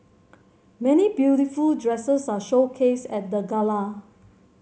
many beautiful dresses are showcased at the gala